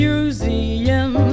Museum